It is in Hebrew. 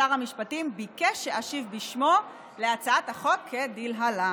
שר המשפטים ביקש שאשיב בשמו להצעת החוק כדלהלן.